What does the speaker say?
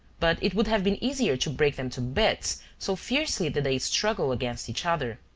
but it would have been easier to break them to bits, so fiercely did they struggle against each other.